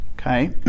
okay